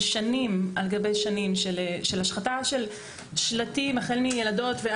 שנים על גבי שנים של השחתת שלטים החל מילדות.